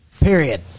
Period